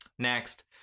next